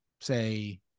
say